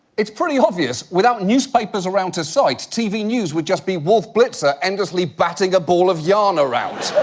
it's pretty obvious, without newspapers around to cite, tv news would just be wolf blitzer endlessly batting a ball of yarn around